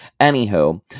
anywho